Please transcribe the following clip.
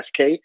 SK